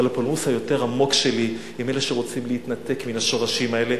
אבל הפולמוס היותר עמוק שלי הוא עם אלה שרוצים להתנתק מהשורשים האלה,